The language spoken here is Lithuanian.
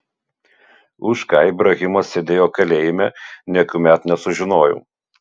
už ką ibrahimas sėdėjo kalėjime niekuomet nesužinojau